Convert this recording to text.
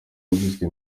yagizwe